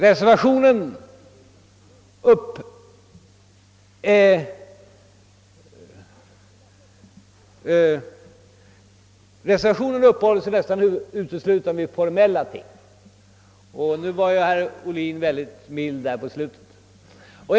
Reservanterna uppehåller sig så gott som uteslutande vid formella ting, och herr Ohlin var nu på slutet mycket mild.